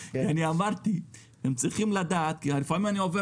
אמרתי שהם צריכים לדעת כי לפעמים אני עובר